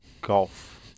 golf